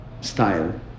style